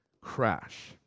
crash